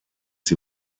sie